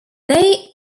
they